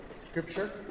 Scripture